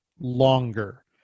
longer